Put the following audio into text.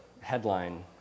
headline